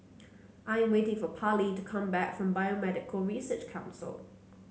I am waiting for Parlee to come back from Biomedical Research Council